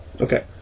Okay